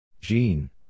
Jean